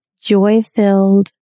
joy-filled